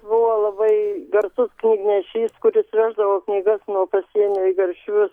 buvo labai garsus knygnešys kuris veždavo knygas nuo pasienio į garšvius